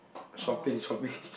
shopping shopping